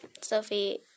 Sophie